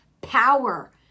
Power